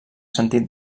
sentit